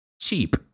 cheap